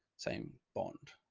same bond.